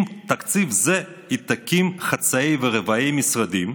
עם תקציב זה היא תקים חצאי ורבעי משרדים,